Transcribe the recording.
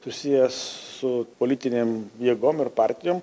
susijęs su politinėm jėgom ir partijom